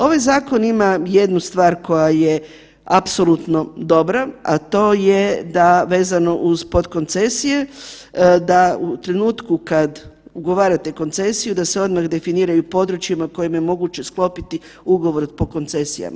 Ovaj zakon ima jednu stvar koja je apsolutno dobra, a to je da vezano uz podkoncesije, da u trenutku kad ugovarate koncesiju da se odmah definiraju i područjima kojima je moguće sklopiti ugovor po koncesijama.